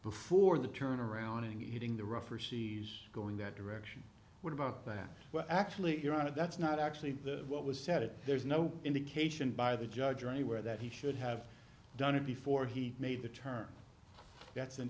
before the turn around and heating the rougher seas going that direction what about that well actually you're on it that's not actually what was said it there's no indication by the judge anywhere that he should have done it before he made the turn that's and